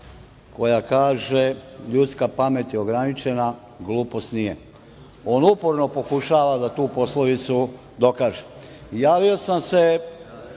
koja kaže – ljudska pamet je ograničena, glupost nije. On uporno pokušava da tu poslovicu dokaže. Javio sam se